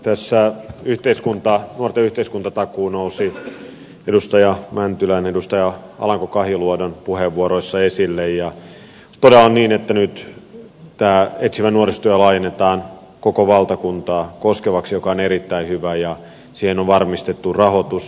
tässä nuorten yhteiskuntatakuu nousi edustaja mäntylän ja edustaja alanko kahiluodon puheenvuoroissa esille ja todella on niin että nyt tämä etsivä nuorisotyö laajennetaan koko valtakuntaa koskevaksi mikä on erittäin hyvä ja siihen on varmistettu rahoitus